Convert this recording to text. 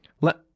Let